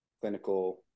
clinical